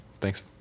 Thanks